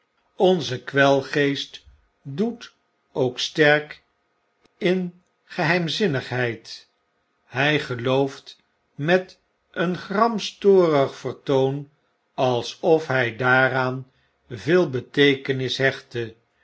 onze kwelgeest doet ook sterk in geheimzinnigheid hij gelooft met een gramstorig vertoon alsofhy daaraan veel beteekenis hechtte